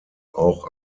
auch